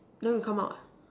then you come out